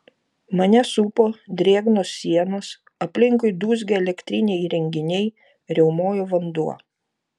mane supo drėgnos sienos aplinkui dūzgė elektriniai įrenginiai riaumojo vanduo